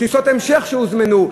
טיסות המשך שהוזמנו,